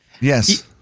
Yes